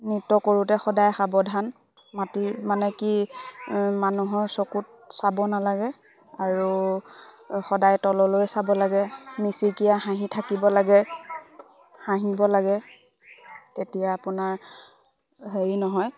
নৃত্য কৰোঁতে সদায় সাৱধান মাটিৰ মানে কি মানুহৰ চকুত চাব নালাগে আৰু সদায় তললৈ চাব লাগে মিচিকীয়া হাঁহি থাকিব লাগে হাঁহিব লাগে তেতিয়া আপোনাৰ হেৰি নহয়